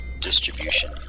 distribution